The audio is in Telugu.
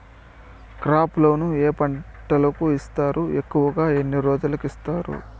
క్రాప్ లోను ఏ పంటలకు ఇస్తారు ఎక్కువగా ఎన్ని రోజులకి ఇస్తారు